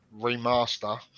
remaster